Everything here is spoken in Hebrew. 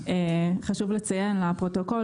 חשוב לציין לפרוטוקול,